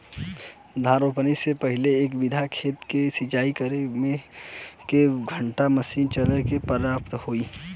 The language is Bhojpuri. धान रोपाई से पहिले एक बिघा खेत के सिंचाई करे बदे क घंटा मशीन चली तू पर्याप्त होई?